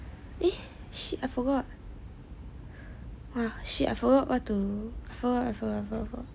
eh shit I forgot eh shit I forgot I forgot forgot